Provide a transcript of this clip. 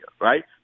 right